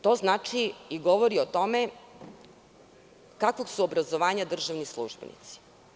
To znači i govori o tome kakvog su obrazovanja državni službenici.